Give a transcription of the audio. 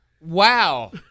Wow